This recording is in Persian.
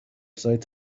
سایت